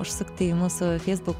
užsukti į mūsų facebook